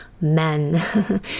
men